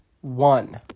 one